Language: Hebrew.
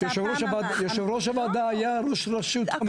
יושב ראש הוועדה היה ראש רשות.